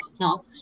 no